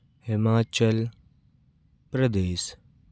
Himachal Pradesh